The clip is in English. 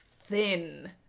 thin